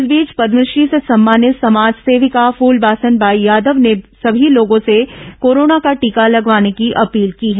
इस बीच पद्यश्री से सम्मानित समाज सेविका फूलबासन बाई यादव ने सभी लोगों से कोरोना का टीका लगवाने की अपील की है